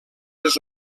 les